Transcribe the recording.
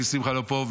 כי שמחה לא פה,